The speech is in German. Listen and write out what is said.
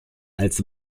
als